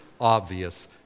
obvious